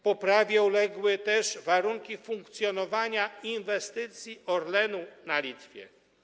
Poprawie uległy też warunki funkcjonowania inwestycji Orlenu na Litwie.